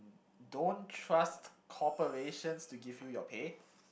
don't trust corporations to give you your pay